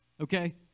Okay